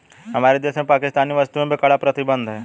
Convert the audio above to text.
हमारे देश में पाकिस्तानी वस्तुएं पर कड़ा प्रतिबंध हैं